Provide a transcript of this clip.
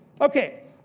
Okay